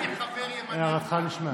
"שופטים ושוטרים תתן לך, לשבטיך".